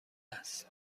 است